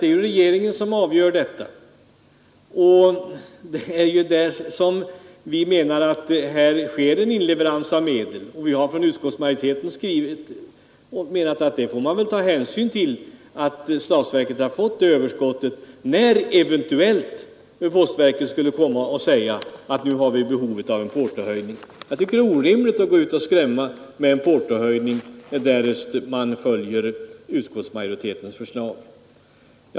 Det kan väl inte herr Löfgren förutsäga — det är ju regeringen som avgör detta. Utskottsmajoriteten räknar med att hänsyn kan tagas till denna inleverans av medel, om och när postverket vid en senare tidpunkt säger sig ha behov av en portohöjning. Jag tycker det är orimligt när ni går ut och skrämmer med att det skall bli en portohöjning, därest man följer utskottsmajoritetens förslag.